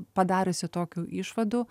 padariusi tokių išvadų